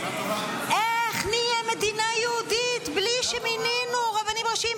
איך נהיה מדינה יהודית בלי שמינינו רבנים ראשיים?